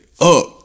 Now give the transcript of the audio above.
up